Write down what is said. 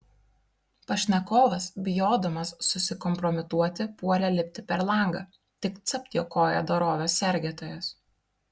pašnekovas bijodamas susikompromituoti puolė lipti per langą tik capt jo koją dorovės sergėtojos